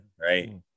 right